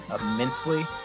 immensely